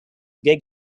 gig